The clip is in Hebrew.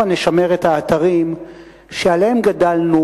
הבה נשמר את האתרים שעליהם גדלנו